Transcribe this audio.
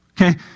Okay